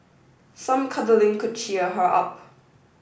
some cuddling could cheer her up